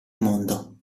mondo